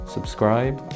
Subscribe